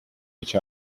each